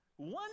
One